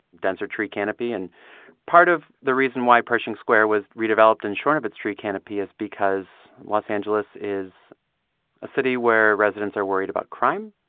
denser tree canopy and part of the reason why pershing square was redeveloped in short of its tree canopy is because los angeles is a city where residents are worried about crime,